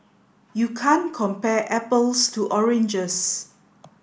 you can't compare apples to oranges